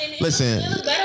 Listen